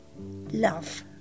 love